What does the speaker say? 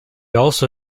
also